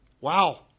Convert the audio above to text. Wow